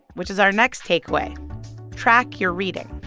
which is our next takeaway track your reading.